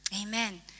Amen